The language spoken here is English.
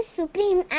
supreme